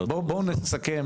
בואו נסכם,